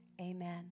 amen